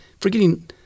forgetting –